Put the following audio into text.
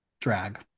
drag